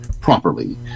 properly